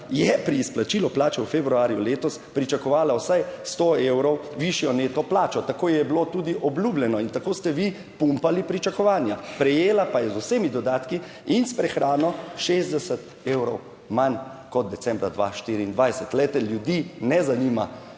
je pri izplačilu plače v februarju letos pričakovala vsaj 100 evrov višjo neto plačo, tako je bilo tudi obljubljeno in tako ste vi pumpali pričakovanja, prejela pa je z vsemi dodatki in s prehrano 60 evrov manj kot decembra 2024. Glejte, ljudi ne zanima,